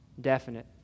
definite